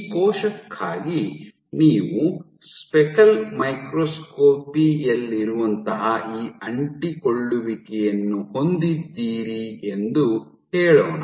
ಈ ಕೋಶಕ್ಕಾಗಿ ನೀವು ಸ್ಪೆಕಲ್ ಮೈಕ್ರೋಸ್ಕೋಪಿ ಯಲ್ಲಿರುವಂತಹ ಈ ಅಂಟಿಕೊಳ್ಳುವಿಕೆಯನ್ನು ಹೊಂದಿದ್ದೀರಿ ಎಂದು ಹೇಳೋಣ